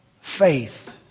faith